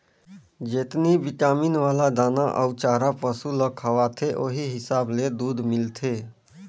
जेतनी बिटामिन वाला दाना अउ चारा पसु ल खवाथे ओहि हिसाब ले दूद मिलथे